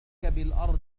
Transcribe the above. الأرض